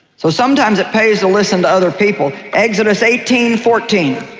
so sometimes it pays to listen to other people. exodus eighteen fourteen.